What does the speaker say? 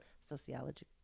sociology